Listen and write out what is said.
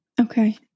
Okay